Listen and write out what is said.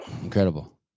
incredible